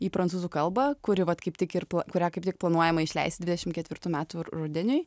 į prancūzų kalbą kuri vat kaip tik ir po kurią kaip tik planuojama išleisti dvidešim ketvirtų metų rudeniui